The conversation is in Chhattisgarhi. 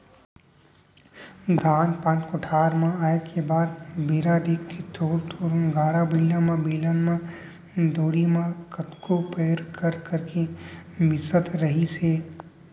धान पान कोठार म आए के बाद बेरा देख के थोर थोर गाड़ा बइला म, बेलन म, दउंरी म कतको पैर कर करके मिसत रहिस हे